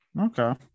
Okay